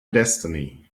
destiny